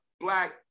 Black